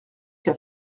qu’à